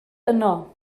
yno